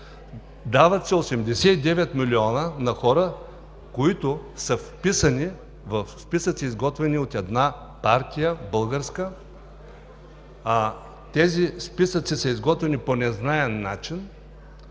Дават се 89 милиона на хора, които са вписани в списъци, изготвени от една партия – българска. Тези списъци са изготвени по незнаен начин